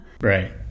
Right